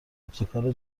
ابتکار